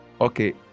Okay